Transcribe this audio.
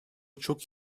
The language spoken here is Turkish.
çok